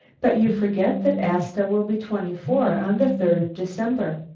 but you forget that asta will be twenty-four on the third of december.